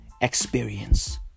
Experience